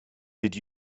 did